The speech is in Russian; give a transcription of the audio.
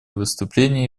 выступления